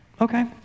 Okay